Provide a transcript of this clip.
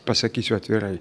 pasakysiu atvirai